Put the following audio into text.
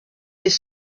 les